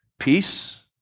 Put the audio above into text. peace